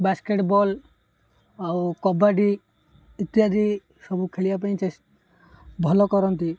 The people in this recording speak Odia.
ବାସ୍କେଟବଲ୍ ଆଉ କବାଡ଼ି ଇତ୍ୟାଦି ସବୁ ଖେଳିବା ପାଇଁ ଚେଷ୍ଟା ଭଲ କରନ୍ତି